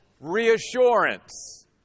reassurance